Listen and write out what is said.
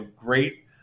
great